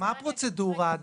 מה הפרוצדורה?